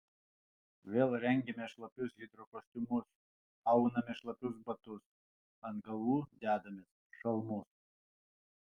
vėl rengiamės šlapius hidrokostiumus aunamės šlapius batus ant galvų dedamės šalmus